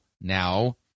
now